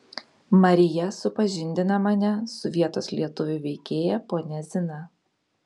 marija supažindina mane su vietos lietuvių veikėja ponia zina